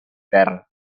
terra